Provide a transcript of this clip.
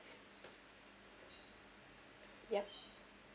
ya